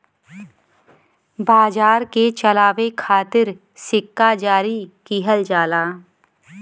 बाजार के चलावे खातिर सिक्का जारी किहल जाला